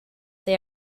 they